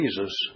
Jesus